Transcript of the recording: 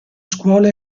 scuola